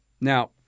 Now